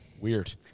Weird